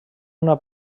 una